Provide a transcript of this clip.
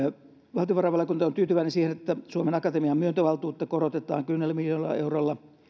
valtiovarainvaliokunta on tyytyväinen siihen että suomen akatemian myöntövaltuutta korotetaan kymmenellä miljoonalla eurolla